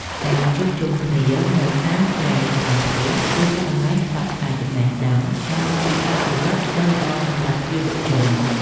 ការជួបជុំគ្នានៅតាមគ្រែក្រោមផ្ទះ គឺជាកន្លែងផ្សព្វផ្សាយចំណេះដឹងនិងបទពិសោធន៍ជីវិតដ៏ល្អបំផុតសម្រាប់យុវជន។